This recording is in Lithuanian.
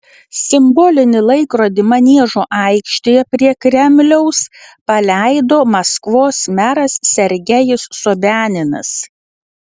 simbolinį laikrodį maniežo aikštėje prie kremliaus paleido maskvos meras sergejus sobianinas